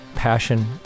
passion